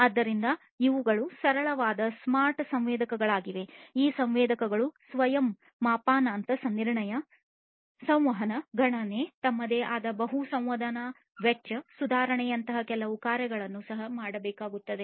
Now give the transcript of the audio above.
ಆದ್ದರಿಂದ ಇವುಗಳು ಸರಳವಾದ ಸ್ಮಾರ್ಟ್ ಸಂವೇದಕಗಳಾಗಿವೆ ಈ ಸಂವೇದಕಗಳು ಸ್ವಯಂ ಮಾಪನಾಂಕ ನಿರ್ಣಯ ಸಂವಹನ ಗಣನೆ ತಮ್ಮದೇ ಆದ ಬಹು ಸಂವೇದನಾ ವೆಚ್ಚ ಸುಧಾರಣೆಯಂತಹ ಕೆಲವು ಕಾರ್ಯಗಳನ್ನು ಸಹ ಮಾಡಬೇಕಾಗುತ್ತದೆ